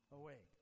away